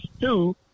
two